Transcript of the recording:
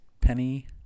Penny